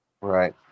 right